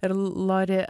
ir lori